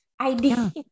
idea